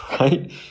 right